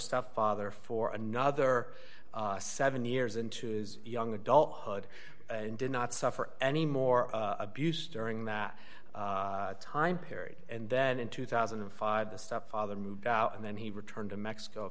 stuff father for another seven years into his young adulthood and did not suffer any more abuse during that time period and then in two thousand and five the stepfather moved out and then he returned to mexico a